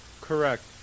Correct